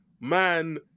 man